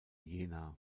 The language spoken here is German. jena